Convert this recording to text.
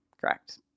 correct